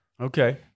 Okay